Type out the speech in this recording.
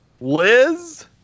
Liz